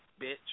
bitch